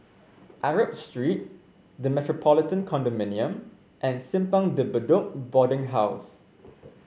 Arab Street The Metropolitan Condominium and Simpang De Bedok Boarding House